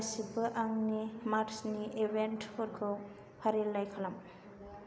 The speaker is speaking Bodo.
गासैबो आंनि मार्चनि इभेन्टफोरखौ फारिलाइ खालाम